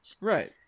Right